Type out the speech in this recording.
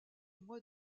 mois